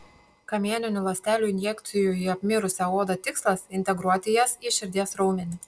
kamieninių ląstelių injekcijų į apmirusią zoną tikslas integruoti jas į širdies raumenį